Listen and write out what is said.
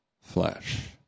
flesh